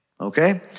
okay